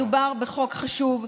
מדובר בחוק חשוב,